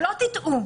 שלא תטעו.